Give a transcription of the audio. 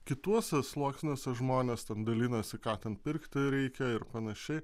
kituose sluoksniuose žmonės ten dalinasi ką ten pirkti reikia ir panašiai